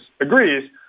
agrees